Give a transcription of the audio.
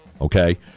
Okay